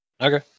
Okay